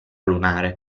lunare